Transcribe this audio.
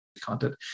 content